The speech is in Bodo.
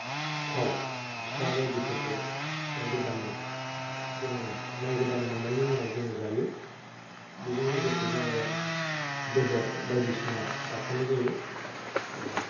सिथाव फिथा बायदिफोरखौ माइ गोदाननि जोङो माइ गोदान मोननायनि मुङाव जोङो जायो बेजों लोगोसे जोङो बेदर बायदिसिना जाफानाय जायो ओ